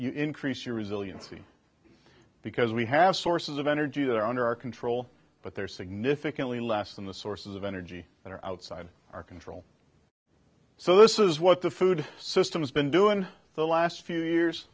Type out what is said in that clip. you increase your resiliency because we have sources of energy that are under our control but they're significantly less than the sources of energy that are outside our control so this is what the food system has been doing the last few years